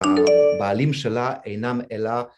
הבעלים שלה אינם אלא...